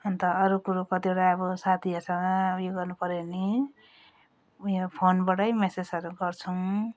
अन्त अरू कुरो कतिवटा अब साथीहरूसँग उयो गर्नु पऱ्यो भने यो फोनबाट म्यासेजहरू गर्छौँ